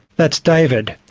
that's david.